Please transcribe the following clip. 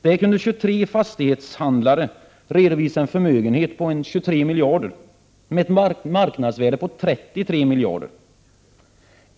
Där kunde 23 fastighetshandlare redovisa en förmögenhet på 23 miljarder med ett marknadsvärde på 33 miljarder.